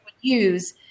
use